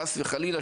חס וחלילה,